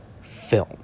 Film